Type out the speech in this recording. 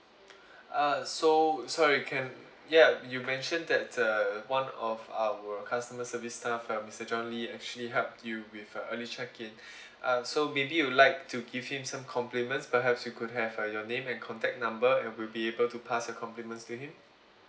uh so sorry can ya you mention that the one of our customer service staff right mister john lee actually helped you with a early check in um so maybe you'd like to give him some compliments perhaps we could have uh your name and contact number and we'll be able to pass the compliments to him